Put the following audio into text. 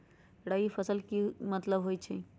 रबी फसल के की मतलब होई छई?